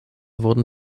wurden